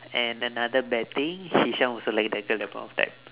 and another bad thing hisham also liked that girl at that point of time